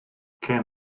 can